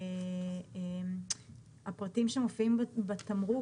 הפרטים שמופיעים בתמרוק,